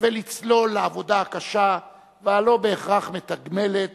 ולצלול לעבודה הקשה והלא-בהכרח מתגמלת